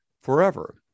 forever